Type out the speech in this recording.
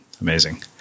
Amazing